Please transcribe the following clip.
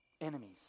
enemies